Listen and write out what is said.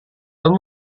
tom